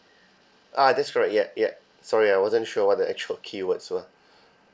uh that's correct yup yup sorry I wasn't sure what the actual keywords were